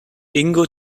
ingo